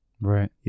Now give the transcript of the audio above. Right